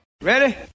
Ready